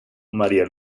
maría